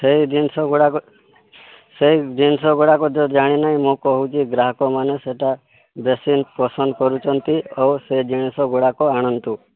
ସେହି ଜିନିଷ ଗୁଡ଼ାକ ସେହି ଜିନିଷ ଗୁଡ଼ାକ ତ ଜାଣିନାହିଁ ମୁଁ କହୁଛି ଗ୍ରାହକ ମାନେ ସେହିଟା ବେଶି ପସନ୍ଦ କରୁଛନ୍ତି ଆଉ ସେ ଜିନିଷ ଗୁଡ଼ାକ ଆଣନ୍ତୁ